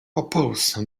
oppose